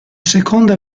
seconda